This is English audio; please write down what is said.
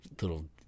little